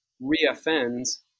re-offends